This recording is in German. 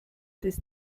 des